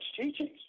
teachings